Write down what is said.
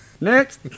next